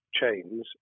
Chains